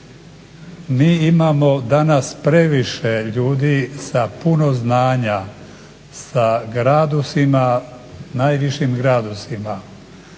Mi imamo danas previše ljudi sa puno znanja, sa gradusima najvišima gradusima.